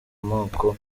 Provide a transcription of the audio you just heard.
moko